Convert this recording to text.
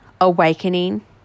awakening